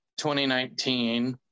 2019